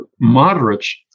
moderates